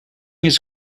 his